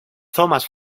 thomas